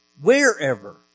wherever